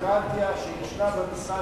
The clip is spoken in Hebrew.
הביורוקרטיה שישנה במשרד,